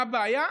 מה הבעיה?